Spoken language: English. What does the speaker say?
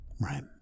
right